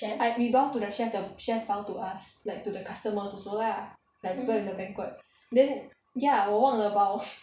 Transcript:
I we bow to the chef the chef bow to us like to the customers also lah like people in the banquet then ya 我忘了 bow